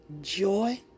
joy